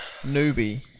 newbie